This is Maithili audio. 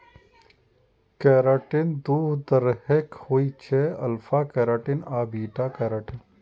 केराटिन दू तरहक होइ छै, अल्फा केराटिन आ बीटा केराटिन